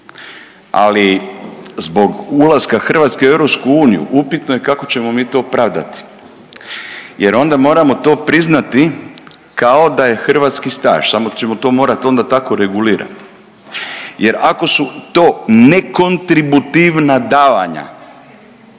ali zbog ulaska Hrvatske u EU upitno je kako ćemo mi to pravdati, jer onda moramo to priznati kao da je hrvatski staž, samo ćemo to morati onda tako regulirati. Jer ako su to nekontributivna davanja